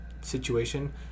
situation